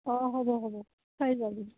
অঁ হ'ব হ'ব চাই যাবি